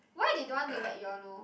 why they don't want to let you all know